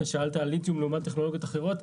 אתה שאלת על ליתיום לעומת טכנולוגיות אחרות,